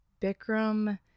Bikram